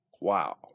Wow